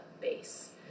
base